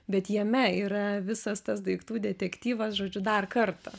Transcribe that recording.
bet jame yra visas tas daiktų detektyvas žodžiu dar kartą